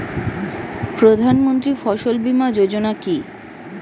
প্রধানমন্ত্রী ফসল বীমা যোজনা কি?